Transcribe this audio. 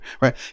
Right